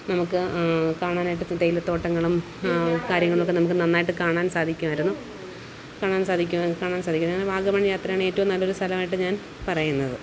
നമുക്ക് കാണാനായിട്ട് തേയിലത്തോട്ടങ്ങളും കാര്യങ്ങളൊക്കെ നമുക്ക് നന്നായിട്ട് കാണാൻ സാധിക്കുമായിരുന്നു കാണാൻ സാധിക്ക് കാണാൻ സാധിക്കാരുന്നു വാഗമൺ യാത്രയാണ് ഏറ്റവും നല്ലൊരു സ്ഥലമായിട്ട് ഞാൻ പറയുന്നത്